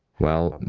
well,